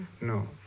no